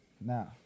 now